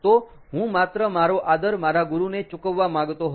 તો હું માત્ર મારો આદર મારા ગુરુને ચૂકવવા માગતો હતો